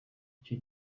icyo